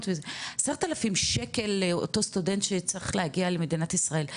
ו-10 אלף שקל לאותו סטודנט שצריך להגיע למדינת ישראל,